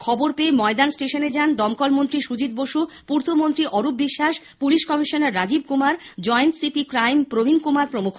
খবর পেয়ে ময়দান স্টেশনে যান দমকল মন্ত্রী সুজিত বসু পূর্ত মন্ত্রী Arup Biswas police commissioner Rajeev Kumar joint CP crime Prabin Kumar প্রমুখ